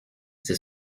c’est